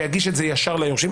אלא שזה יוגש ישר ליורשים.